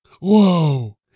Whoa